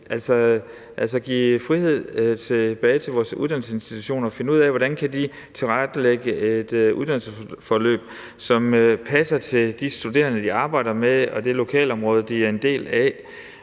at vi giver frihed tilbage til vores uddannelsesinstitutioner til at finde ud af, hvordan de kan tilrettelægge et uddannelsesforløb, som passer til de studerende, de arbejder med, det lokalområde, de er en del af,